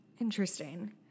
Interesting